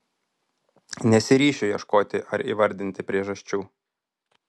nesiryšiu ieškoti ar įvardyti priežasčių